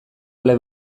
ale